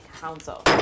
Council